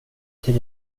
till